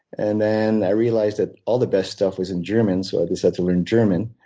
and then i realized that all the best stuff was in german so i decided to learn german.